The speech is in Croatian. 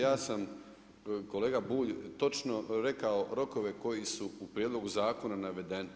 Ja sam kolega Bulj točno rekao rokove koji su u prijedlogu zakona navedeni.